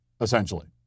essentially